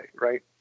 right